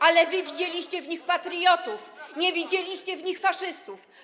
Ale wy widzieliście w nich patriotów, nie widzieliście w nich faszystów.